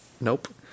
Nope